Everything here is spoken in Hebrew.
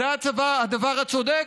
זה הדבר הצודק,